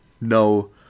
no